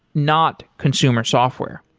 not consumer software.